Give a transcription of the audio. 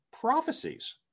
prophecies